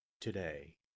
today